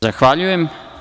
Zahvaljujem.